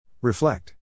Reflect